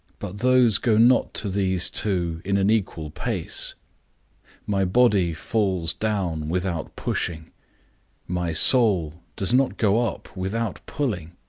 but those go not to these two in an equal pace my body falls down without pushing my soul does not go up without pulling